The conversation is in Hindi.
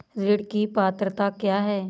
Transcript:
ऋण की पात्रता क्या है?